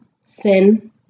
Sin